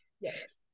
yes